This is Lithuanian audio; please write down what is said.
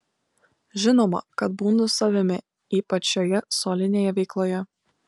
žinoma kad būnu savimi ypač šioje solinėje veikloje